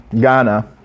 Ghana